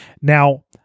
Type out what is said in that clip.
Now